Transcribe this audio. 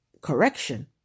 correction